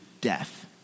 death